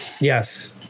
Yes